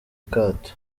akato